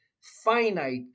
finite